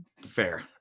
Fair